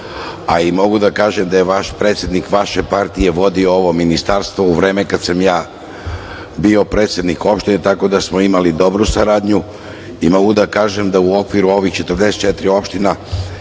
a mogu da kažem da je predsednik vaše partije vodio ovo ministarstvo u vreme kada sam ja bio predsednik opštine, tako da smo imali dobru saradnju. Mogu da kažem da u okviru ove 44 opštine